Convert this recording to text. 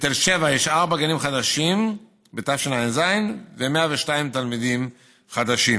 בתל שבע יש ארבעה גנים חדשים בתשע"ז ו-102 תלמידים חדשים.